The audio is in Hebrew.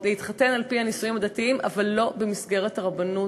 להתחתן על-פי הנישואין הדתיים אבל לא במסגרת הרבנות.